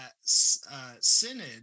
Synod